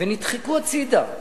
ונדחקו הצדה.